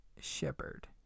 shepherd